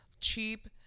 cheap